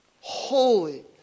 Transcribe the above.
holy